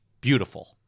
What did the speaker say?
beautiful